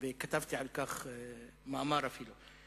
וכתבתי על כך מאמר, אפילו.